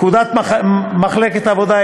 34. פקודת מחלקת העבודה,